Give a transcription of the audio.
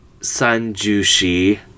Sanjushi